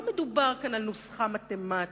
לא מדובר כאן על נוסחה מתמטית,